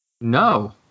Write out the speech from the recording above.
No